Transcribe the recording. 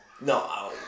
No